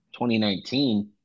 2019